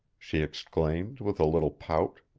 she exclaimed with a little pout.